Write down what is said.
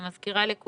אני מזכירה לכולם,